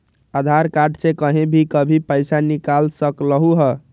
आधार card से कहीं भी कभी पईसा निकाल सकलहु ह?